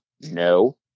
No